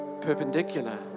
perpendicular